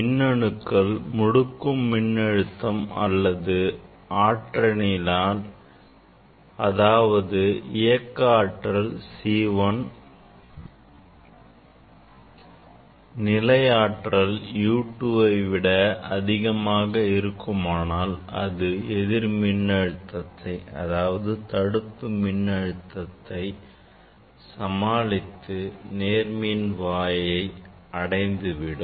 மின்னணுக்கள் முடுக்கும் மின்னழுத்தம் அல்லது ஆற்றலினால் அதாவது இயக்க ஆற்றல் e1 நிலை ஆற்றலை U 2 விட மிக அதிகமாக இருக்குமானால் அது எதிர் மின்னழுத்தத்தை அதாவது தடுப்பு மின்னழுத்தத்தை சமாளித்து நேர்மின் வாயை அடைந்து விடும்